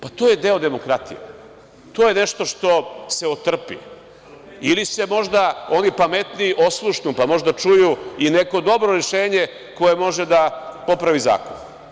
Pa, to je deo demokratije, to je nešto što se otrpi, ili se možda oni pametniji oslušnu, pa možda čuju i neko dobro rešenje koje može da popravi zakon.